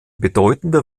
bedeutender